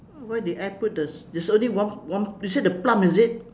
why did I put this there's only one one you said the plum is it